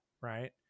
Right